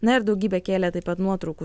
na ir daugybė kėlė taip pat nuotraukų